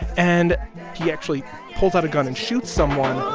and he actually pulls out a gun and shoots someone